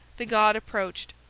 the god approached,